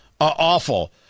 awful